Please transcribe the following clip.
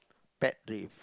pet peeve